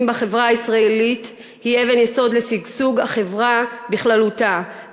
בחברה הישראלית הוא אבן יסוד לשגשוג החברה בכללותה,